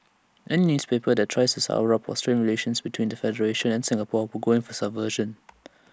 any newspaper that tries to sour up or strain relations between the federation and Singapore will go in for subversion